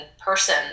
person